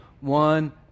one